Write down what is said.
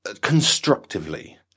constructively